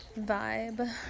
vibe